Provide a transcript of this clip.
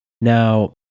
Now